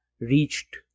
reached